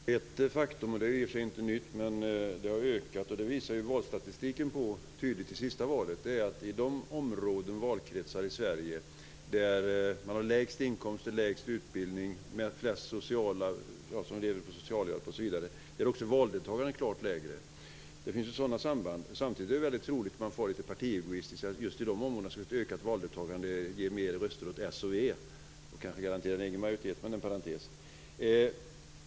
Fru talman! Ett faktum - det är i och för sig inte nytt, men valstatistiken från senaste valet visar detta tydligt - är att valdeltagandet är klart lägre i de områden och valkretsar i Sverige där man har lägst inkomster, lägst utbildning och flest människor som lever på socialhjälp, osv. Det finns sådana samband. Samtidigt är det, om jag får vara lite partiegoistisk, väldigt troligt att ett ökat valdeltagande just i de områdena skulle ge fler röster åt s och v och kanske garantera oss en egen majoritet. Men det är en parentes.